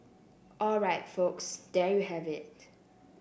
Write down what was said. all right folks there you have it